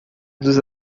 dos